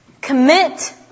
Commit